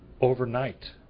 overnight